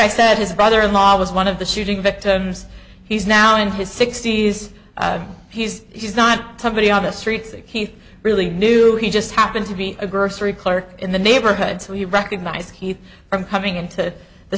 i said his brother in law was one of the shooting victims he's now in his sixty's he's he's not somebody on the streets that keith really knew he just happens to be a grocery clerk in the neighborhood so he recognized he from coming into the